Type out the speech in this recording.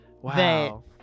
Wow